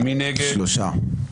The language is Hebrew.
לצורך הסדר,